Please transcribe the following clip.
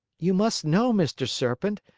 you must know, mr. serpent,